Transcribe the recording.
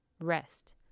rest